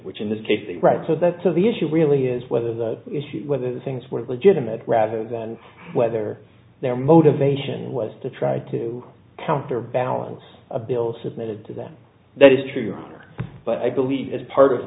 which in this case the right so the issue really is whether the issue whether the things were legitimate rather than whether their motivation was to try to counterbalance a bill submitted to them that is true but i believe it is part of